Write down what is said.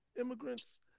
immigrants